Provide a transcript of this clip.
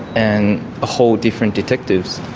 and a whole different detectives,